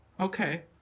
Okay